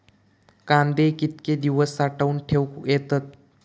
कांदे कितके दिवस साठऊन ठेवक येतत?